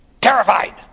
terrified